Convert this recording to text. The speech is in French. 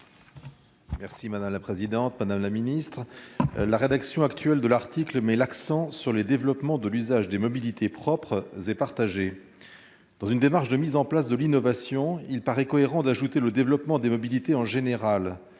: La parole est à M. Martin Lévrier. La rédaction actuelle de l'article met l'accent sur le développement de l'usage des mobilités propres et partagées. Dans une démarche de mise en place de l'innovation, il paraît cohérent de viser le développement des mobilités en général.